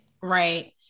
Right